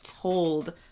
told